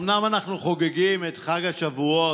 אומנם אנחנו חוגגים את חג השבועות,